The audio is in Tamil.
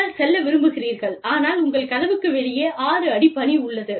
நீங்கள் செல்ல விரும்புகிறீர்கள் ஆனால் உங்கள் கதவுக்கு வெளியே 6 அடி பனி உள்ளது